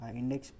index